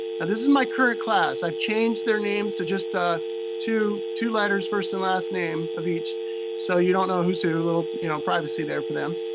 and this is my current class. i've changed their names to just ah two two letters, first and last name of each so you don't know who's who. a little you know privacy there for them.